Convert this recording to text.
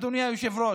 אדוני היושב-ראש,